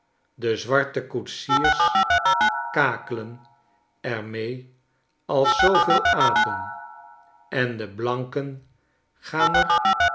de zwarte koetsiers kakelen er mee als zooveel apen en de blanken gaan er